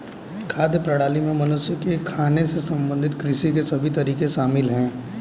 खाद्य प्रणाली में मनुष्य के खाने से संबंधित कृषि के सभी तरीके शामिल है